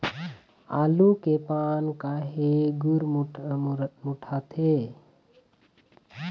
आलू के पान काहे गुरमुटाथे?